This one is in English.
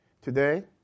Today